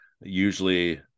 usually